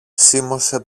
σίμωσε